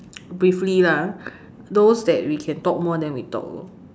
briefly lah those that we can talk more we talk lor